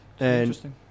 interesting